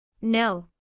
No